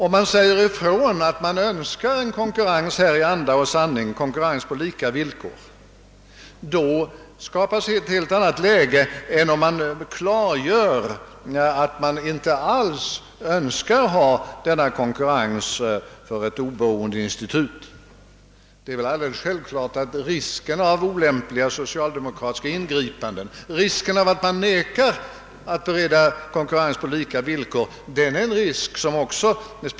Om man säger ifrån att man önskar en konkurrens i anda och sanning på lika villkor så skapas ett helt annat läge än om man klargör att man inte alls vill ha denna konkurrens från ett oberoende institut. Det är väl självklart att det uppkommer en risk för olämpliga socialdemokratiska ingripanden på grund av att man vägrar att bereda konkurrens på lika villkor.